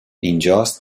اینجاست